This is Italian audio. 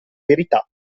verità